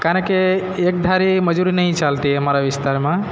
કારણ કે એકધારી મજૂરી નથી ચાલતી અમારા વિસ્તારમાં